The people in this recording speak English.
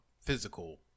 physical